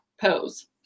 pose